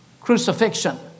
crucifixion